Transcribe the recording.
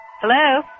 Hello